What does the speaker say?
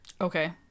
Okay